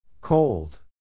Cold